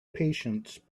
patience